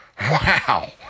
Wow